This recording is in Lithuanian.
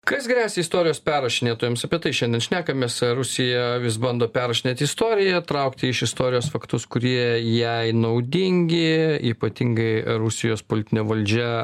kas gresia istorijos perrašinėtojams apie tai šiandien šnekamės rusija vis bando perrašinėt istoriją traukti iš istorijos faktus kurie jai naudingi ypatingai rusijos politinė valdžia